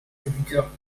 éditeurs